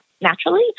naturally